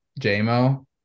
JMO